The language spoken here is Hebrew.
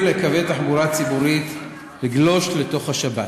לקווי תחבורה ציבורית לגלוש לתוך השבת,